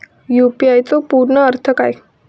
UPI चो पूर्ण अर्थ काय?